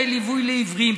תוספת דמי ליווי לעיוורים,